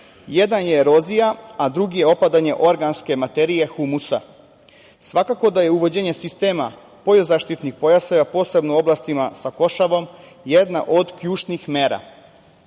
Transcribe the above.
Jedan je erozija, a drugi je opadanje organske materije, humusa. Svakako da je uvođenje sistema polje zaštitnih pojaseva posebno u oblastima sa košavom je jedna od ključnih mera. Savez